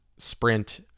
sprint